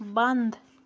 بنٛد